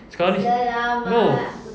sekali no